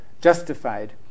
justified